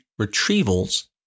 retrievals